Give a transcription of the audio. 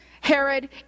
Herod